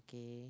okay